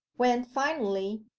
when, finally,